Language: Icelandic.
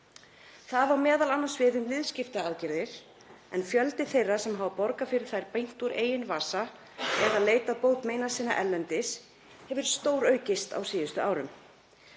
Það á m.a. við um liðskiptaaðgerðir en fjöldi þeirra sem hefur borgað fyrir þær beint úr eigin vasa eða leitað bót meina sinna erlendis hefur stóraukist á síðustu árum.